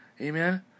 Amen